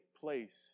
place